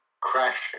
Crashing